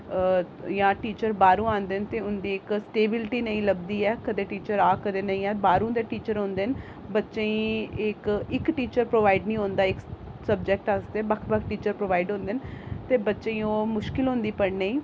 जां टीचर बाह्र दे औंदे न ते उं'दी इक स्टेबिलिटी नेईं लभदी ऐ कदें टीचर औऐ कदें नेई औऐ बाह्र दे टीचर होंदे न बच्चें ई इक इक टीचर प्रोवाइड नेई होंदा इक सब्जैक्ट आस्तै बक्ख बक्ख टीचर प्रोवाइड होंदे न ते बच्चें ई ओह् मुश्कल होंदी पढ़ने ई